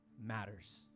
matters